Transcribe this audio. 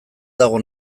dago